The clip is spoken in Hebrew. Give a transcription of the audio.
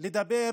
לדבר